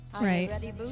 Right